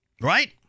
Right